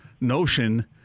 notion